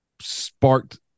sparked